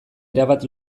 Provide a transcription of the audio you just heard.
erabat